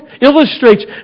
illustrates